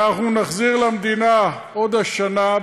אנחנו נחזיר למדינה עוד השנה,